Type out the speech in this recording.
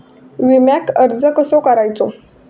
विम्याक अर्ज कसो करायचो?